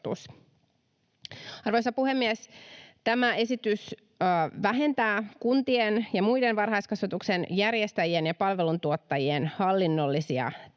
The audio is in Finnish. Arvoisa puhemies! Tämä esitys vähentää kuntien ja muiden varhaiskasvatuksen järjestäjien ja palveluntuottajien hallinnollisia tehtäviä,